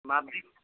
bargaining